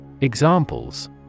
Examples